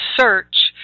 search